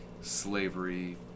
slavery